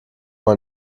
mal